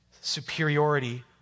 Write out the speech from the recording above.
superiority